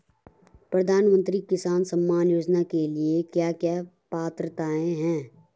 प्रधानमंत्री किसान सम्मान योजना के लिए क्या क्या पात्रताऐं हैं?